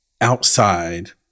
outside